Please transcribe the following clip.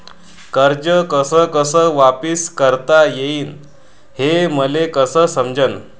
कर्ज कस कस वापिस करता येईन, हे मले कस समजनं?